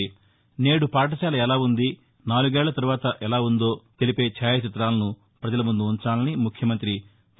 నేదు పాఠశాల ఎలా ఉంది నాలుగేళ్ల తరువాత ఎలా ఉందో తెలిపే ఛాయాచితాలను పజల ముందుంచాలని ముఖ్యమంతి వై